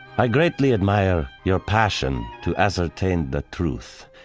i greatly admire your passion to ascertain the truth.